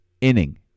inning